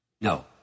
No